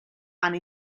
and